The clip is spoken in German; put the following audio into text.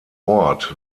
ort